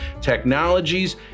technologies